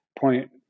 point